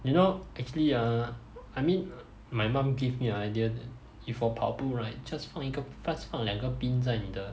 you know actually ah I mean my mum give me a idea that if 我跑步 right just 放一个 just 放两个 pin 在你的